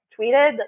tweeted